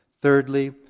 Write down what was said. Thirdly